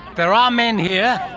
there are men here.